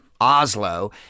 Oslo